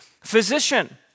physician